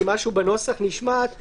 כי משהו בנוסח נשמט.